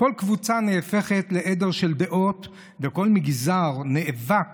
כל קבוצה נהפכת לעדר של דעות וכל מגזר נאבק